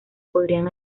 podrían